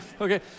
Okay